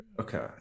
Okay